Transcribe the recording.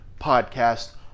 podcast